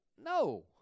no